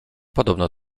podobno